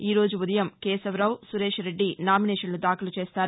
ఈ రోజు ఉ దయం కేశవరావు సురేష్రెడ్ది నామినేషన్లు దాఖలు చేయనున్నారు